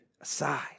aside